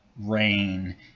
rain